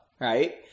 right